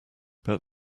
but